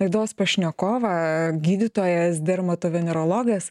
laidos pašnekovą gydytojas dermatovenerologas